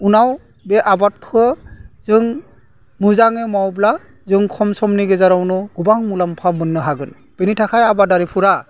उनाव बे आबादखौ जों मोजाङै मावब्ला जों खम समनि गेजेरावनो गोबां मुलाम्फा मोन्नो हागोन बिनि थाखाय आबादारिफोरा